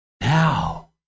Now